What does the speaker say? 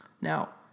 Now